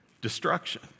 destruction